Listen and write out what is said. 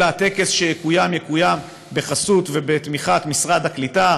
אלא הטקס יקוים בחסות ובתמיכה של משרד הקליטה,